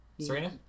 Serena